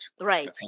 Right